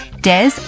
Des